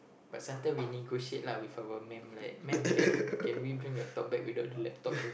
but sometimes we negotiate lah with our mam like mam can can we bring laptop bag without the laptop